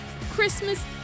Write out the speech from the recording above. Christmas